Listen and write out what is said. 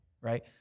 right